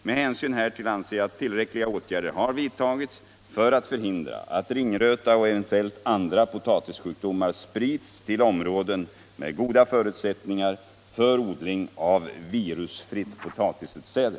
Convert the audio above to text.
Med hänsyn härtill anser jag att tillräckliga åtgärder har vidtagits för att förhindra att ringröta och eventuella andra potatissjukdomar sprids till områden med goda förutsättningar för odling av virusfritt potatisutsäde.